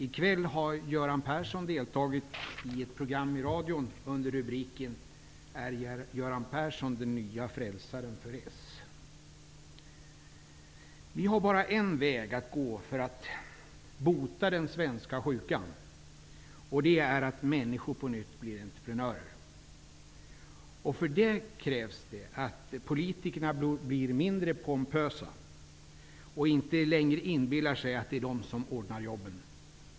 I kväll har Göran Persson deltagit i ett program i radion under rubriken ''Är Göran Det finns bara en väg att gå för att bota den svenska sjukan: att människor på nytt blir entreprenörer. För detta krävs att politikerna blir mindre pompösa och inte längre inbillar sig att det är de som ordnar jobben.